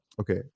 Okay